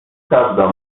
każda